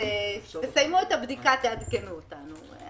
סיימו את הבדיקה ותעדכנו אותנו.